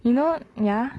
you know ya